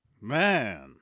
man